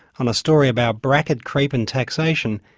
on a story about bracket creep and taxation,